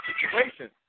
situation